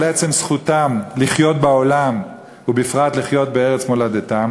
עצם זכותם לחיות בעולם ובפרט לחיות בארץ מולדתם